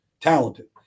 talented